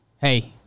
hey-